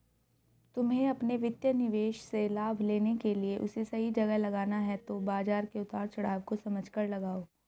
तुम्हे अपने वित्तीय निवेश से लाभ लेने के लिए उसे सही जगह लगाना है तो बाज़ार के उतार चड़ाव को समझकर लगाओ